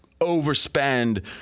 overspend